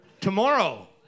Tomorrow